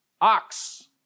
ox